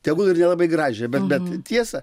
tegul ir nelabai gražią bet bet tiesą